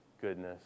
goodness